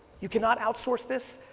you cannot outsource this,